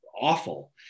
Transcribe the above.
awful